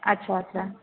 अच्छा अच्छा